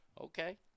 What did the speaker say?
Okay